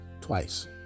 twice